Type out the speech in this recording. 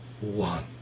one